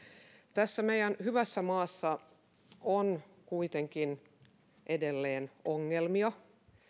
tässä meidän hyvässä maassamme on kuitenkin edelleen ongelmia